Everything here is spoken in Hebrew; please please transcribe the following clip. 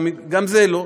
גם זה לא,